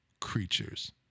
creatures